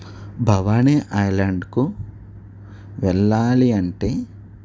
భవానీ ఐల్యాండ్కు వెళ్ళాలి అంటే